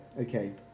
okay